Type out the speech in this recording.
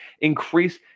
increase